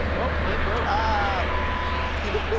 and oh, mine broke. ah give me this.